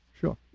sure